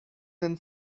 than